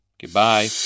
goodbye